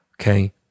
okay